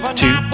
two